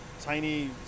tiny